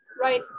right